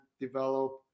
develop